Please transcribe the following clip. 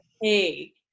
hey